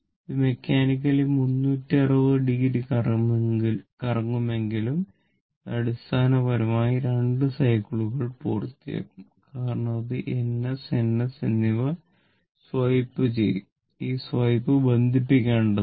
ഇത് mechanically 360 degree കറങ്ങുമെങ്കിലും ഇത് അടിസ്ഥാനപരമായി 2 സൈക്കിളുകൾ പൂർത്തിയാക്കും കാരണം ഇത് N S N S എന്നിവ സ്വൈപ്പുചെയ്യും ഈ സ്വൈപ്പ് ബന്ധിപ്പിക്കേണ്ടതുണ്ട്